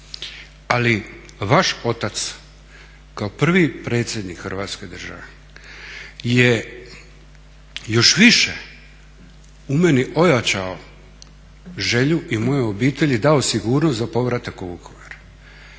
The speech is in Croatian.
Ali vaš otac kao prvi predsjednik Hrvatske države je još više u meni ojačao želju i mojoj obitelji dao sigurnost za povratak u Vukovar.